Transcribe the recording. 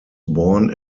born